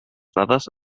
dades